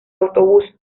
autobús